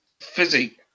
physique